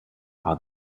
are